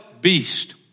beast